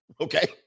okay